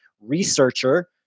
researcher